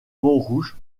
montrouge